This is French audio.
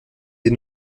des